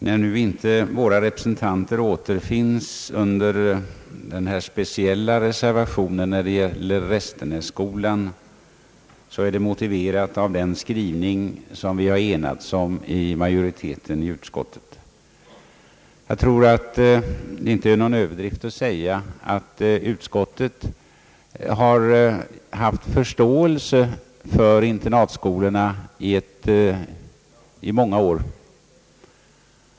När nu inte våra representanter återfinns under den speciella reservation som gäller för Restenässkolan så moti veras det av den skrivning som vi har enats om inom utskottsmajoriteten. Jag tror inte det är någon överdrift att påstå att utskottet har haft förståelse för internatskolorna i många år.